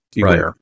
Right